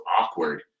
awkward